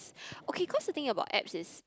okay cause the thing about apps is